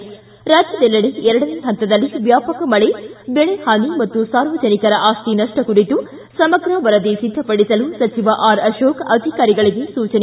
ಿ ರಾಜ್ಯದೆಲ್ಲೆಡೆ ಎರಡನೇ ಹಂತದಲ್ಲಿ ವ್ಯಾಪಕ ಮಳೆ ಬೆಳೆಹಾನಿ ಮತ್ತು ಸಾರ್ವಜನಿಕರ ಆಸ್ತಿ ನಷ್ಟ ಕುರಿತು ಸಮಗ್ರ ಸಿದ್ಧಪಡಿಸಲು ವರದಿ ಅಧಿಕಾರಿ ಗಳಿಗೆ ಸೂಚನೆ